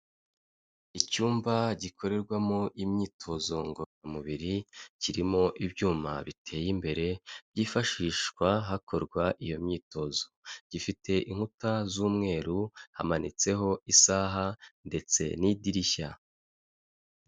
Icyumba gikorerwamo imyitozo ngororamubiri, kirimo ibyuma biteye imbere byifashishwa hakorwa iyo myitozo, gifite inkuta z'umweru, hamanitseho isaha ndetse n'idirishya.